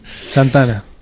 Santana